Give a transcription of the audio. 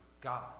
God